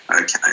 Okay